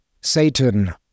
Satan